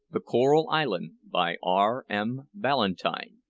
the coral island, by r m. ballantyne.